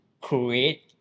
create